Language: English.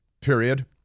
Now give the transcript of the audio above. period